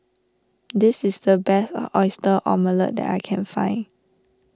this is the best Oyster Omelette that I can find